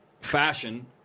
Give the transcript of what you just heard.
fashion